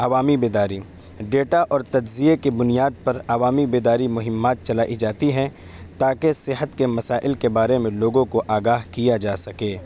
عوامی بیداری ڈیٹا اور تجزیے کی بنیاد پر عوامی بیداری مہمات چلائی جاتی ہیں تاکہ صحت کے مسائل کے بارے میں لوگوں کو آگاہ کیا جا سکے